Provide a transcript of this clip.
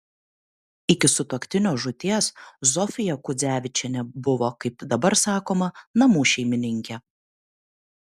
iki sutuoktinio žūties zofija kudzevičienė buvo kaip dabar sakoma namų šeimininkė